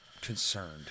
concerned